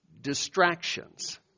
distractions